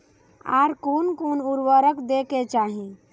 आर कोन कोन उर्वरक दै के चाही?